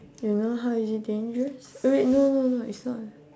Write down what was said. you know how is it dangerous eh wait no no no it's not